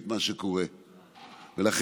יכול להיות שהם באמת לא קיימים,